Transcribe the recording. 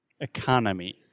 Economy